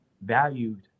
valued